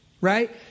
right